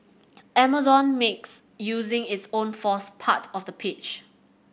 Amazon makes using its own force part of the pitch